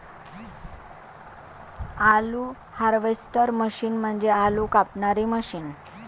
आलू harvester machine म्हणजे आलू कापणारी मशीन